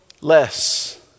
less